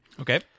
Okay